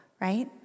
right